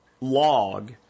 log